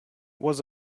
was